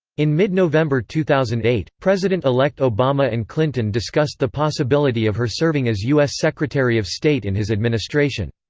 in mid-november two thousand and eight, president-elect obama and clinton discussed the possibility of her serving as u s. secretary of state in his administration.